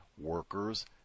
Workers